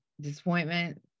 disappointment